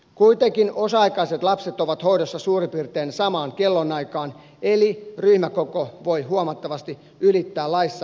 kuitenkin osa aikaiset lapset ovat hoidossa suurin piirtein samaan kellonaikaan eli ryhmäkoko voi huomattavasti ylittää laissa määritellyn katon